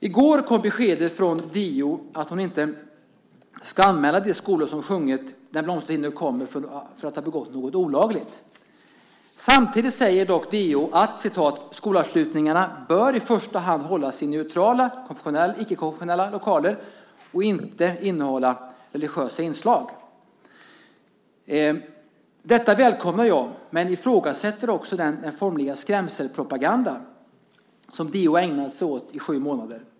I går kom beskedet från DO att hon inte ska anmäla de skolor som sjungit Den blomstertid nu kommer för att de begått något olagligt. Samtidigt säger dock DO att skolavslutningarna i första hand bör hållas i neutrala, icke-konfessionella lokaler och inte innehålla religiösa inslag. Detta välkomnar jag, men jag ifrågasätter också den formliga skrämselpropaganda som DO ägnade sig åt i sju månader.